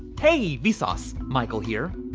hey, vsauce. michael here.